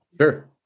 Sure